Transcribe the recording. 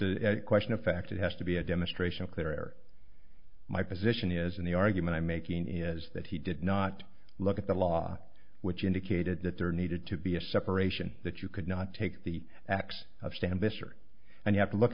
a question of fact it has to be a demonstration clearer my position is in the argument i'm making is that he did not look at the law which indicated that there needed to be a separation that you could not take the acts of stand mr and have to look